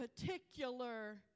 particular